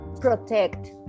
protect